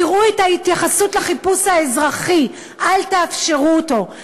תראו את ההתייחסות לחיפוש האזרחי, אל תאפשרו אותו.